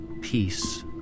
Peace